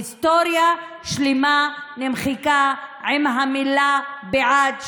היסטוריה שלמה נמחקה עם המילה "בעד",